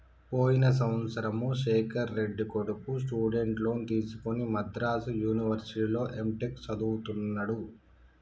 పోయిన సంవత్సరము శేఖర్ రెడ్డి కొడుకు స్టూడెంట్ లోన్ తీసుకుని మద్రాసు యూనివర్సిటీలో ఎంటెక్ చదువుతున్నడు